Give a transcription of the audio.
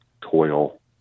toil